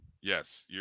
Yes